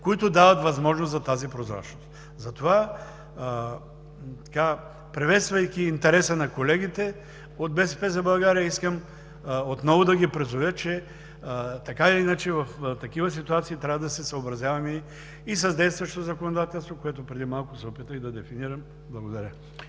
дава възможност за тази прозрачност. Затова, приветствайки интереса на колегите от „БСП за България“, искам отново да ги призова, че така или иначе в такива ситуации трябва да се съобразяваме и с действащото законодателство, което преди малко се опитах да дефинирам. Благодаря.